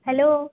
hello